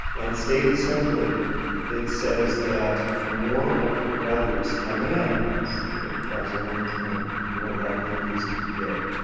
and stated simply it says that the more older brothers that a man has, and it applies only to men, the more likely he is to be gay.